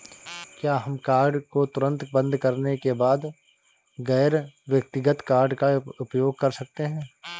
क्या हम कार्ड को तुरंत बंद करने के बाद गैर व्यक्तिगत कार्ड का उपयोग कर सकते हैं?